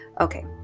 Okay